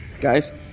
guys